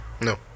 No